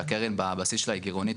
שהקרן בבסיס שלה היא גרעונית,